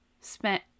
spent